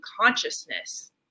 consciousness